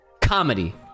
Comedy